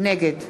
נגד